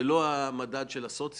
זה לא מדד של סוציו,